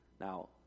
Now